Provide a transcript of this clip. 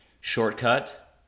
shortcut